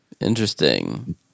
Interesting